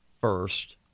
first